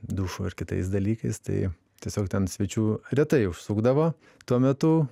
dušu ir kitais dalykais tai tiesiog ten svečių retai užsukdavo tuo metu